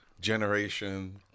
generation